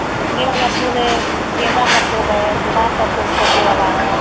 तो गमले वाला फूल है गेंदा का फूल है गुलाब का फूल छोटे वाला है